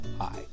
Hi